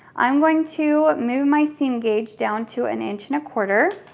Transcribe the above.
i'm going to move my seam gauge down to an inch and a quarter